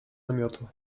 namiotu